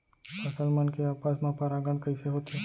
फसल मन के आपस मा परागण कइसे होथे?